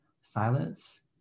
silence